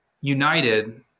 United